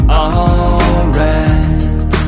alright